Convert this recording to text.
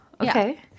okay